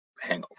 Hangover